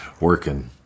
working